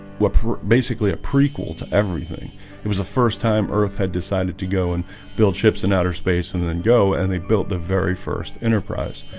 what basically a prequel to? everything it was the first time earth had decided to go and build ships in outer space and then and go and they built the very first enterprise